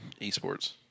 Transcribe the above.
Esports